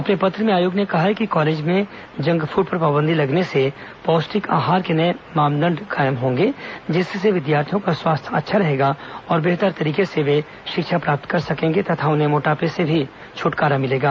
अपने पत्र में आयोग ने कहा है कि कॉलेजों में जंक फूड पर पाबंदी लगने से पौष्टिक आहार के नये मानदंड कायम होंगे जिससे विद्यार्थियों का स्वास्थ्य अच्छा रहेगा और बेहतर तरीके से शिक्षा प्राप्त कर सकेंगे तथा उन्हें मोटापे से भी छुटकारा मिलेगा